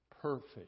perfect